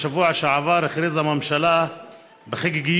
בשבוע שעבר הכריזה הממשלה בחגיגיות